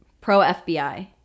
pro-FBI